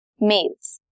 males